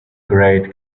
grade